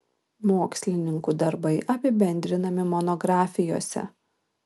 mokslininkų darbai apibendrinami monografijose